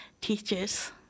teachers